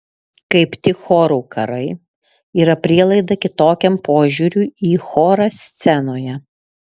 kaip tik chorų karai yra prielaida kitokiam požiūriui į chorą scenoje